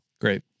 Great